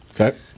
Okay